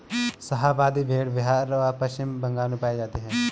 शाहाबादी भेड़ बिहार व पश्चिम बंगाल में पाई जाती हैं